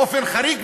באופן חריג,